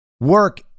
work